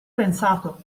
pensato